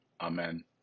Amen